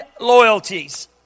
loyalties